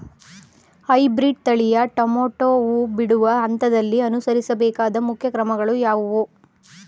Hybrid ತಳಿಯ tomato ಹೂ ಬಿಡುವ ಹಂತದಲ್ಲಿ ಅನುಸರಿಸಬೇಕಾದ ಮುಖ್ಯ ಕ್ರಮಗಳು ಯಾವುವು?